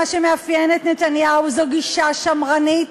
מה שמאפיין את נתניהו זה גישה שמרנית,